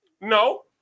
no